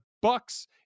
bucks